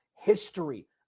History